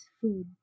food